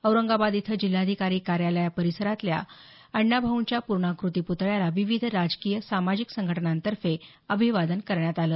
औरंगाबाद इथं जिल्हाधिकारी कार्यालय परिसरातल्या अण्णाभाऊंच्या पुर्णाकृती पुतळ्याला विविध राजकीय सामाजिक संघटनांतर्फे अभिवादन करण्यात आलं